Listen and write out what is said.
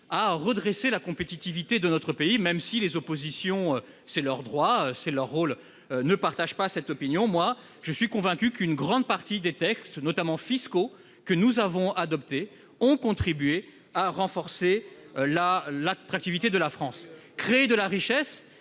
à redresser la compétitivité de notre pays. Même si les oppositions- c'est leur droit et c'est leur rôle -ne partagent pas cette opinion, je suis convaincu, moi, qu'une grande partie des textes notamment fiscaux que nous avons adoptés ont contribué à renforcer l'attractivité de la France. Créer de la richesse,